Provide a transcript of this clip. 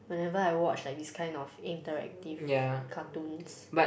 whenever I watch like this kind of interactive cartoons